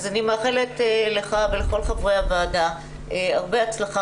אז אני מאחלת לך ולכל חברי הוועדה הרבה הצלחה